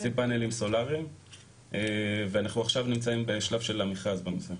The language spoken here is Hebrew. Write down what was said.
אנחנו עכשיו נמצאים בשלב ששל המכרז בנושא.